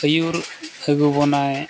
ᱟᱹᱭᱩᱨ ᱟᱹᱜᱩ ᱵᱚᱱᱟᱭ